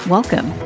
Welcome